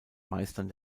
meistern